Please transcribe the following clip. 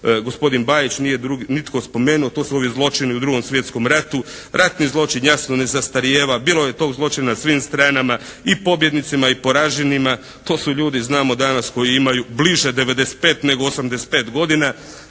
gospodin Bajić. Nije drugi nitko spomenuo to su ovi zločini u Drugom svjetskom ratu. Ratni zločin jasno ne zastrarijeva. Bilo je tog zločina na svim stranama. I pobjednicima i poraženima. To su ljudi znamo danas bliže 95 nego 85 godina